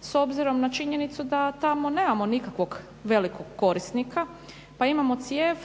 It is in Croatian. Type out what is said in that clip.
s obzirom na činjenicu da tamo nemamo nikakvog velikog korisnika pa imamo cijev